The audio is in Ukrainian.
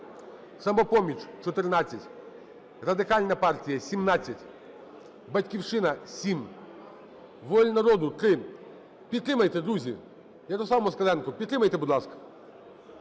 "Самопоміч" – 14, Радикальна партія – 17, "Батьківщина" – 7, "Воля народу" – 3. Підтримайте, друзі! Ярослав Москаленко, підтримайте, будь ласка.